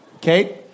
Kate